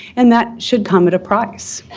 and that should come at a price.